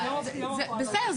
בסדר,